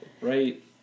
right